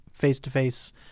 face-to-face